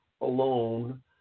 alone